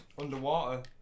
underwater